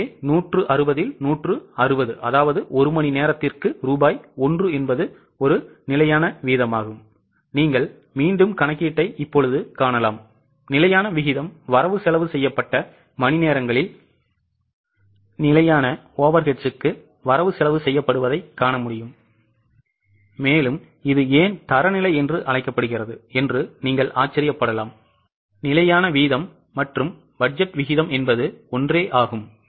எனவே 160 இல் 160அதாவது ஒரு மணி நேரத்திற்கு ரூபாய் 1 என்பது ஒரு நிலையான வீதமாகும் நீங்கள் மீண்டும் கணக்கீட்டைக் காணலாம் நிலையான விகிதம் வரவுசெலவு செய்யப்பட்ட மணிநேரங்களில் நிலையான overheadsக்கு வரவுசெலவு செய்யப்படுவதைக் காண்க இது ஏன் தரநிலை என்று அழைக்கப்படுகிறது என்று நீங்கள் ஆச்சரியப்படலாம் நிலையான வீதம் மற்றும் பட்ஜெட் விகிதம் என்பது ஒன்றேயாகும்